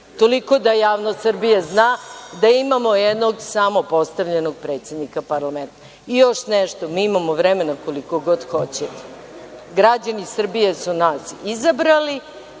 Toliko, da javnost Srbije zna da imamo jednog samopostavljenog predsednika parlamenta. Još nešto, mi imamo vremena koliko god hoćete. Građani Srbije su nas izabrali,